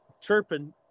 chirping